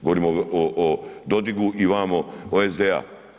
Govorim o Dodigu i vamo o SDA.